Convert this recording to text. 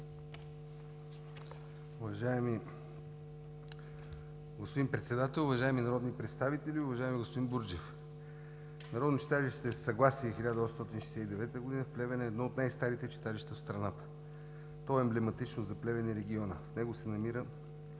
Уважаеми господин Председател, уважаеми народни представители! Уважаеми господин Бурджев, Народно читалище „Съгласие 1869“ в Плевен е едно от най-старите читалища в страната. То е емблематично за Плевен и региона. В него се намира